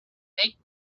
make